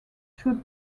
should